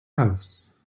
house